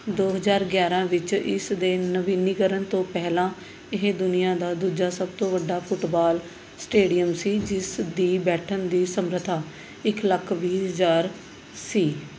ਦੋ ਹਜ਼ਾਰ ਗਿਆਰ੍ਹਾਂ ਵਿੱਚ ਇਸ ਦੇ ਨਵੀਨੀਕਰਨ ਤੋਂ ਪਹਿਲਾਂ ਇਹ ਦੁਨੀਆਂ ਦਾ ਦੂਜਾ ਸਭ ਤੋਂ ਵੱਡਾ ਫੁੱਟਬਾਲ ਸਟੇਡੀਅਮ ਸੀ ਜਿਸ ਦੀ ਬੈਠਣ ਦੀ ਸਮਰੱਥਾ ਇੱਕ ਲੱਖ ਵੀਹ ਹਜ਼ਾਰ ਸੀ